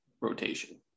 rotation